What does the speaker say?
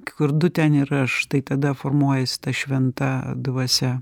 kur du ten ir aš tai tada formuojasi ta šventa dvasia